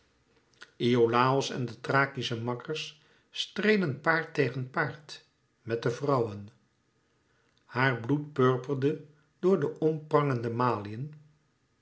iolàos en de thrakische makkers streden paard tegen paard met de vrouwen haar bloed purperde door de omprangende maliën